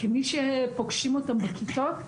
כמי שפוגשים אותם בכיתות,